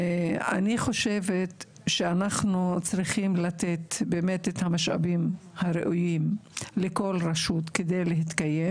אני חושבת שאנחנו צריכים לתת את המשאבים הראויים לכל רשות כדי להתקיים